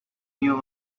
new